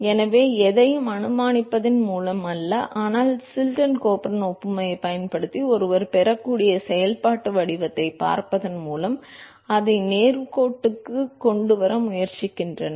எனவே எதையும் அனுமானிப்பதன் மூலம் அல்ல ஆனால் சில்டன் கோல்பர்ன் ஒப்புமையைப் பயன்படுத்தி ஒருவர் பெறக்கூடிய செயல்பாட்டு வடிவத்தைப் பார்ப்பதன் மூலம் அதை நேர்கோட்டு வடிவத்திற்கு கொண்டு வர முயற்சிக்கின்றனர்